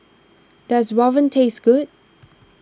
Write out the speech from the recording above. does Rawon taste good